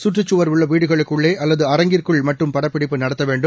சுற்றுச்சுவா் உள்ளவீடுகளுக்குள்ளேஅல்லது அரங்கிற்குள் மட்டும் படப்பிடிப்பு நடத்தவேண்டும்